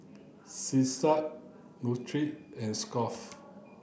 Selsun Nutren and Scott's